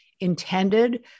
intended